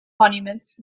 monuments